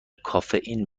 کافئین